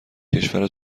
کشور